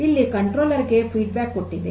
ಇಲ್ಲಿ ನಿಯಂತ್ರಕನಿಗೆ ಪ್ರತಿಕ್ರಿಯೆಯನ್ನು ಕೊಟ್ಟಿದೆ